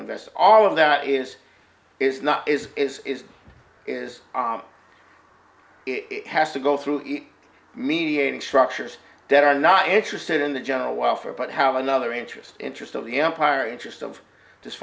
invest all of that is is not is is is is it has to go through mediating structures that are not interested in the general welfare but have another interest interest of the empire interest of